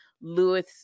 lewis